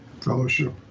Fellowship